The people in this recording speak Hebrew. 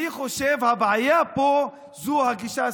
אני חושב שהבעיה פה היא הגישה הסקטוריאלית,